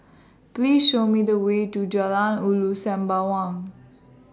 Please Show Me The Way to Jalan Ulu Sembawang